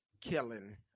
killing